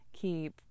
keep